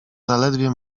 zaledwie